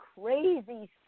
crazy